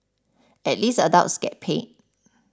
at least adults get paid